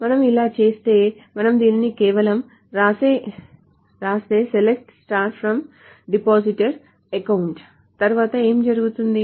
మనం ఇలా చేస్తే మనం దీనిని కేవలం వ్రాస్తే SELECT FROM depositor account తరువాత ఏమి జరుగుతుంది